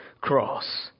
cross